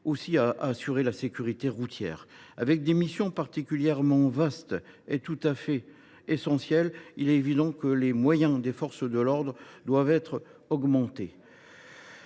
à assurer la sécurité routière. Avec des missions aussi vastes et essentielles, il est évident que les moyens des forces de l’ordre doivent être augmentés.